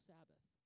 Sabbath